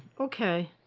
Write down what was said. ok.